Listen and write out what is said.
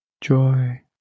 Joy